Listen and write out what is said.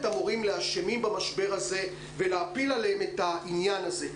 המורים לאשמים במשבר הזה ולהפיל עליהם את העניין הזה.